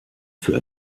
für